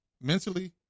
mentally